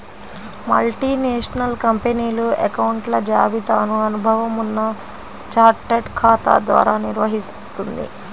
multinational కంపెనీలు అకౌంట్ల జాబితాను అనుభవం ఉన్న చార్టెడ్ ఖాతా ద్వారా నిర్వహిత్తుంది